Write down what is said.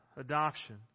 Adoption